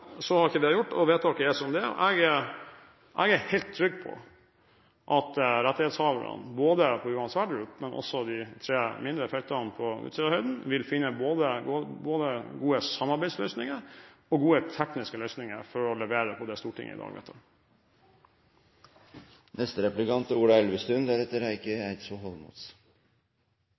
Så ble ikke det gjort, og vedtaket er som det er. Jeg er helt trygg på at rettighetshaverne på Johan Sverdrup, men også på de tre mindre feltene på Utsirahøyden, vil finne både gode samarbeidsløsninger og gode tekniske løsninger for å levere på det som Stortinget i dag vedtar.